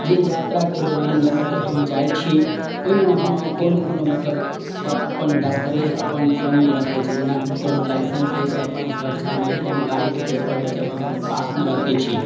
जे यात्राके दौरान मतलब कतहु हम जाइ छी ओइमे हम कोनो कोनो मतलब अपन दस्तावेज अपन सङ्गमे रखय छी जेनाकि कोनो लाइसेंस रहय छै अपन सुरक्षामे कोनो गाड़ीके पेपर रहय छै हम अपन पासमे रखय छी